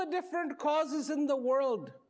the different causes in the world